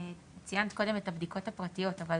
ציינת קודם את הבדיקות הפרטיות, אבל